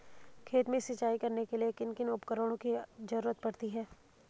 खेत में सिंचाई करने के लिए किन किन उपकरणों की जरूरत पड़ती है?